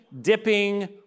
dipping